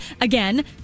Again